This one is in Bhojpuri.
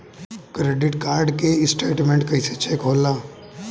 क्रेडिट कार्ड के स्टेटमेंट कइसे चेक होला?